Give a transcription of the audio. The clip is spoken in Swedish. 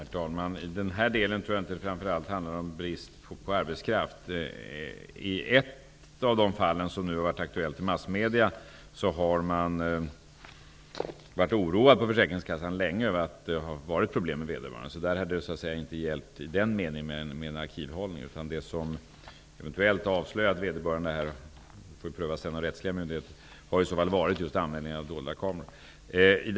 Herr talman! I denna del tror jag inte att det framför allt handlar om brist på arbetskraft. Försäkringskassan har länge varit oroad över att det har funnits problem vad gäller läkaren i ett av de fall som nu har varit aktuellt i massmedierna. Där hade det inte hjälpt med en förändrad arkivhållning. Det som eventuellt har avslöjat vederbörande -- fallet får prövas av rättsliga myndigheter -- har i så fall varit just användningen av dolda kameror.